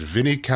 Vinny